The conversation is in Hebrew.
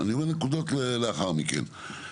אני אומר נקודות לאחר מכן.